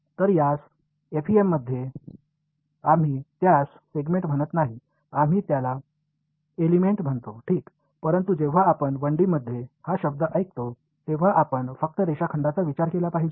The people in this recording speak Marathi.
तर यास एफईएममध्ये आम्ही त्यास सेगमेंट म्हणत नाही आम्ही याला एलिमेंट म्हणतो ठीक परंतु जेव्हा आपण 1 डी मध्ये हा शब्द ऐकतो तेव्हा आपण फक्त रेषाखंडाचा विचार केला पाहिजे